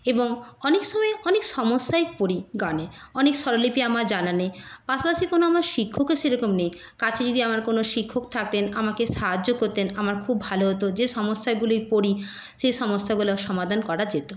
এবং অনেকসময় অনেক সমস্যায় পড়ি গানে অনেক স্বরলিপি আমার জানা নেই পাশাপাশি কোনো আমার শিক্ষকও সেরকম নেই কাছে যদি আমার কোনো শিক্ষক থাকতেন আমাকে সাহায্য করতেন আমার খুব ভালো হতো যে সমস্যাগুলোয় পড়ি সেই সমস্যাগুলো সমাধান করা যেত